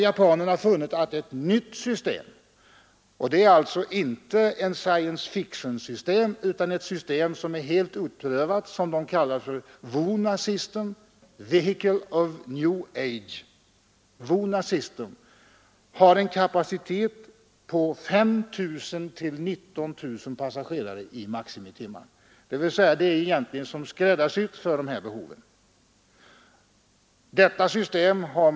Japanerna har funnit att ett nytt system — och det här är inte science fiction utan något som är helt utprovat; det kallas VONA System, Vehicle of New Age — har en kapacitet på mellan 5 000 och 19 000 passagerare per maximitimme. Det är egentligen som skräddarsytt för det behov det här kan bli fråga om.